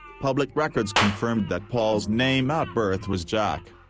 public records confirmed that paul's name at birth was jack.